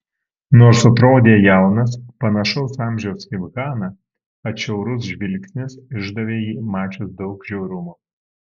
nors atrodė jaunas panašaus amžiaus kaip hana atšiaurus žvilgsnis išdavė jį mačius daug žiaurumo